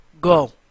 go